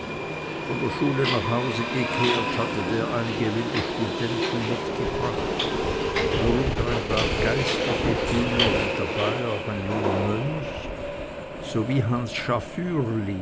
von der schule nach hause gekehrt hatte der einige wilde studenten mitgebracht worunter ein paar geistliche schüler und dabei auch ein junger mönch sowie hans